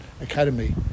academy